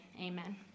amen